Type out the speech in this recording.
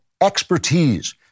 expertise